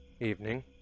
Evening